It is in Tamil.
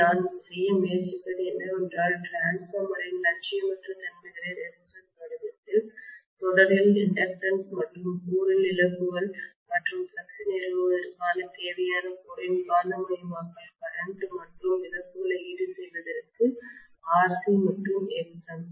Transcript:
எனவே நான் செய்ய முயற்சிப்பது என்னவென்றால் ட்ரான்ஸ்ஃபார்மரின் இலட்சியமற்ற தன்மைகளை ரெசிஸ்டன்ஸ் வடிவத்தில் தொடரில் இண்டக்டன்ஸ் மற்றும் கோரில் இழப்புகள் மற்றும் பிளக்ஸ் ஐ நிறுவுவதற்கும் தேவையான கோரின் காந்தமயமாக்கல் கரண்ட் மற்றும் இழப்புகளை ஈடுசெய்வதற்கு Rc மற்றும் Xm